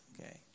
Okay